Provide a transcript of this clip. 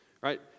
right